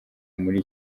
muri